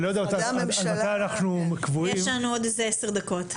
אני לא יודע עד מתי אנחנו קבועים --- יש לנו עוד עשר דקות.